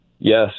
Yes